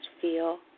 feel